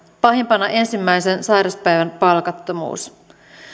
pahimpana ensimmäisen sairaspäivän palkattomuus